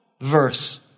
verse